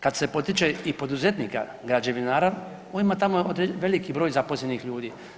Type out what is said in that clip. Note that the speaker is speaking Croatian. Kad se potiče i poduzetnika građevinara, on ima tamo veliki broj zaposlenih ljudi.